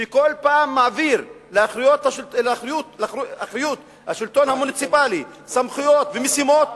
שכל פעם מעביר לאחריות השלטון המוניציפלי סמכויות ומשימות,